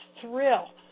thrill